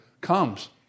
comes